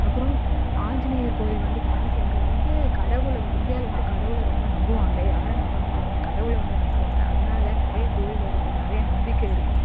அப்புறம் ஆஞ்சிநேயர் கோவில் வந்து ஃபேமஸ் இங்கே வந்து கடவுள் வந்து இந்தியாவில் வந்து கடவுள் ரொம்ப நம்புவாங்க யாரை நம்புகிறாங்களோ இல்லையோ ஆனால் கடவுள் வந்து நம்புவாங்க அதனால் நிறைய கோவில் இருக்கும் நிறைய நம்பிக்கை இருக்கும்